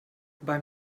beim